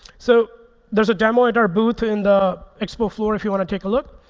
so there's a demo at our booth in the expo floor if you want to take a look.